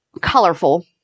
colorful